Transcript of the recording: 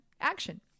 action